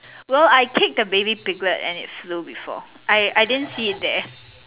well I kicked a baby piglet and it flew before I I didn't see it there